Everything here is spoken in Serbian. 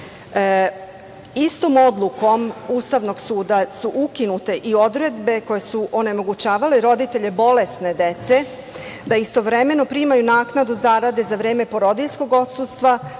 odlukom Ustavnog suda, su ukinute i odredbe koje su onemogućavale roditelje bolesne dece, da istovremeno primaju naknadu zarade za vreme porodiljskog odsustva,